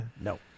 No